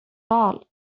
val